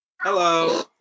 Hello